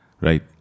right